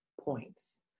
points